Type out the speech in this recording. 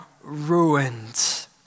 ruined